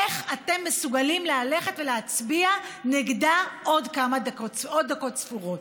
איך אתם מסוגלים ללכת ולהצביע נגדה עוד דקות ספורות.